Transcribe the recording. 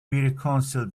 reconcile